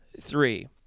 Three